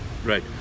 Right